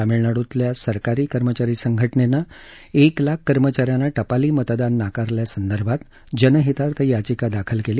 तामिळनाडूतल्या सरकारी कर्मचारी संघटनेनं एक लाख कर्मचा यांना टपाली मतदान नाकारल्या संदर्भात जनहितार्थ याचिका दाखल केली